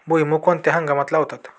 भुईमूग कोणत्या हंगामात लावतात?